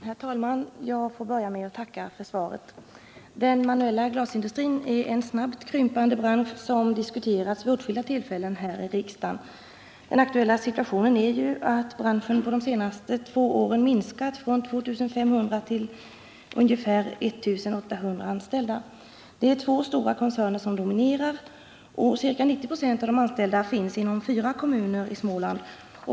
Herr talman! Jag vill börja med att tacka för svaret. Den manuella glasindustrin är en snabbt krympande bransch, som diskuterats vid åtskilliga tillfällen här i riksdagen. Den aktuella situationen är att branschen under de senaste två åren minskat från 2 500 till ungefär 1 800 anställda. Det är två stora koncerner som dominerar branschen, och ca 90 96 av de anställda finns inom fyra kommuner i Småland.